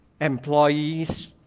employees